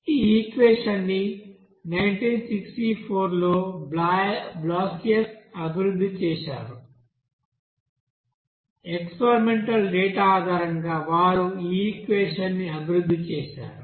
ఈ ఈక్వెషన్ ని 1964 లో బ్లాసియస్ అభివృద్ధి చేశారు ఎక్స్పెరిమెంటల్ డేటా ఆధారంగా వారు ఈ ఈక్వెషన్ ని అభివృద్ధి చేశారు